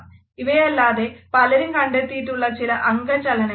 ഇവയല്ലാതെ പലരും കണ്ടെത്തിയിട്ടുള്ള ചില അംഗചലനങ്ങളുണ്ട്